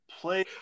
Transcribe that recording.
play